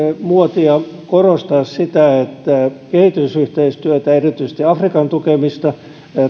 muotia korostaa sitä että kehitysyhteistyötä erityisesti afrikan tukemista